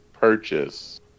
purchase